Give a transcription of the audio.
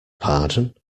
pardon